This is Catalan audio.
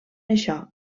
això